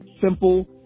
simple